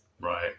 Right